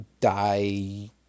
die